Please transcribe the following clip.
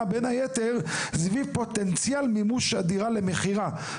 בין היתר סביב פוטנציאל מימוש הדירה למכירה?